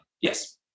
Yes